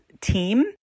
Team